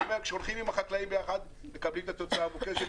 כשהולכים עם החקלאים יחד מקבלים את התוצאה המבוקשת,